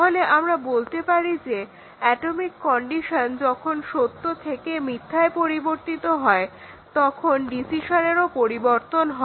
তাহলে আমরা বলতে পারি যে অ্যাটমিক কন্ডিশন যখন সত্য থেকে মিথ্যায় পরিবর্তিত হয় তখন ডিসিশনেরও পরিবর্তন হয়